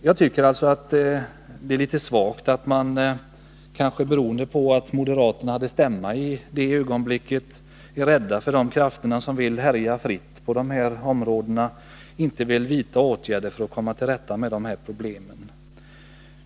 Jag tycker det är litet svagt att man — kanske beroende på att moderaterna hade stämma i det ögonblicket — var rädd för de krafter som vill härja fritt på dessa områden och därför inte ville vidta åtgärder för att komma till rätta med problemen.